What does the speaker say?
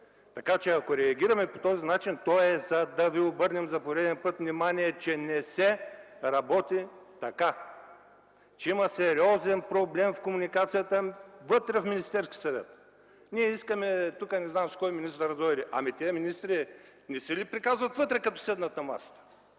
Така че ако реагираме по този начин, то е, за да ви обърнем за пореден път внимание, че не се работи така, че има сериозен проблем в комуникацията вътре в Министерския съвет. Ние искаме не знам си кой министър на дойде тук, но министрите не си ли приказват вътре, като седнат на масата?